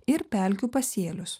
ir pelkių pasėlius